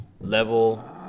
level